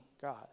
God